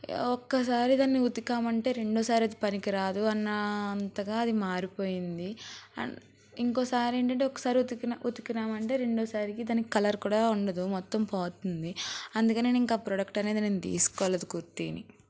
ఒక్క సారైతే దాన్ని ఉతికినాం అంటే రెండోసారి అయితే పనికిరాదు అన్నంతగా అది మారిపోయింది ఇంకోసారి ఏంటంటే ఒకసారి ఉతికి ఉతికినాం అంటే రెండోసారికి దానికి కలర్ కూడా ఉండదు మొత్తం పోతుంది అందుకని నేనింకా ఆ ప్రోడక్ట్ అనేది నేను తీసుకోలేదు కుర్తీని